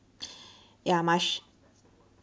ya mush